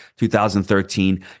2013